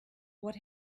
what